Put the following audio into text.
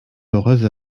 heureuse